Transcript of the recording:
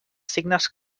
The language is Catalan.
signes